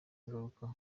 ingaruka